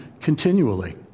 continually